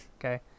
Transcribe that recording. okay